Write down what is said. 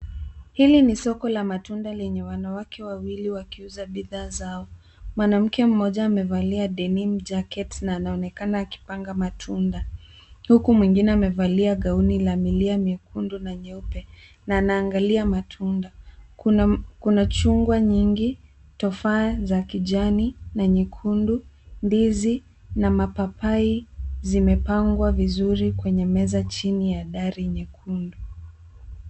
Hili ni soko la matunda lenye wanawake wawili wakiuza bidhaa zao. Mwanamke mmoja amevalia denim jacket na anaonekana akipanga matunda huku mwengine amevalia gauni la milia mekundu na nyeupe na anaangalia matunda. Kuna chungwa nyingi, tufaha za kijani na nyekundu, ndizi na mapapai zimepangwa vizuri kwenye meza chini ya dari nyekundu.